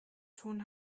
tun